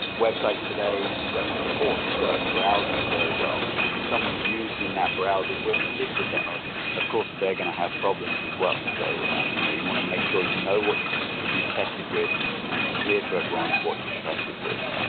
websites today don't support certain browsers very well. and if someone's using that browser with an assistive technology, of course they're going to have problems as well. so um you know you want to make sure you know what you've ah you've tested with and it's clear to everyone what you've tested with.